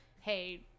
hey